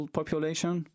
population